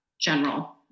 general